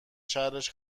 شرش